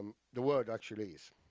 um the world actually is.